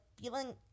feeling